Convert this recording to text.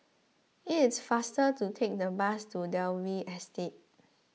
it is faster to take the bus to Dalvey Estate